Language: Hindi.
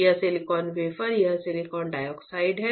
यह सिलिकॉन वेफर यह सिलिकॉन डाइऑक्साइड है